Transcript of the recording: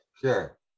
sure